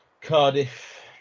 Cardiff